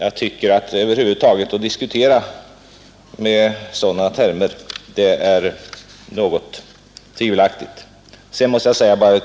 Att över huvud taget diskutera med sådana termer är något tvivelaktigt.